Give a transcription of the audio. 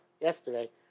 yesterday